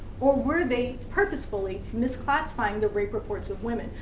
or were they purposefully misclassifying the rape reports of women?